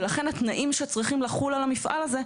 ולכן התנאים שצריכים לחול על המפעל הזה,